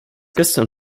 gestern